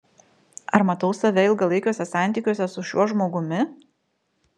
ar matau save ilgalaikiuose santykiuose su šiuo žmogumi